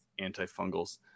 antifungals